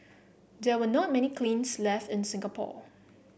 there are not many kilns left in Singapore